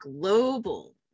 global